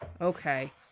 Okay